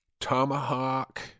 Tomahawk